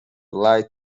light